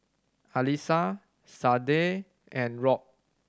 Alissa Sade and Rob